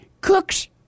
cooks